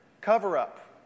cover-up